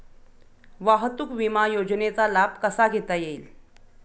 वाहतूक विमा योजनेचा लाभ कसा घेता येईल?